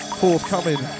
forthcoming